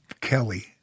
Kelly